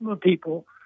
people